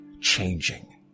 changing